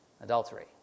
Adultery